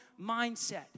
mindset